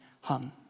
hum